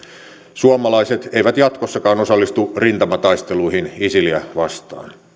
suomalaiset eivät jatkossakaan osallistu rintamataisteluihin isiliä vastaan